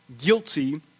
guilty